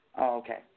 Okay